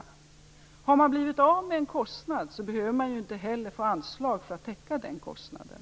Om man har blivit av med en kostnad behöver man ju inte heller få anslag för att täcka den kostnaden.